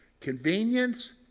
Convenience